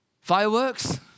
Fireworks